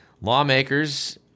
lawmakers